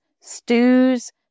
stews